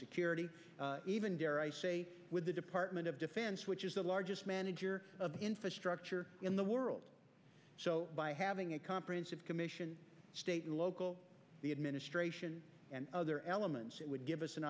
security even with the department of defense which is the largest manager of infrastructure in the world so by having a comprehensive commission state and local the administration and other elements it would give us an